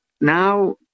Now